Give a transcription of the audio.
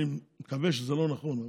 אני מקווה שזה לא נכון,